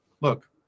look